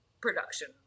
production